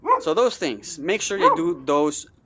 so those things, make sure you do those.